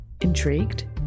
Intrigued